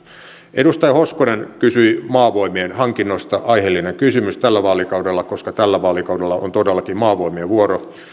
edustaja hoskonen kysyi maavoimien hankinnoista aiheellinen kysymys tällä vaalikaudella koska tällä vaalikaudella on todellakin maavoimien vuoro